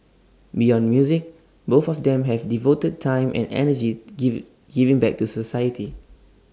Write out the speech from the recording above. beyond music both of them have devoted time and energy give giving back to society